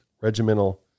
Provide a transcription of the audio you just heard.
Regimental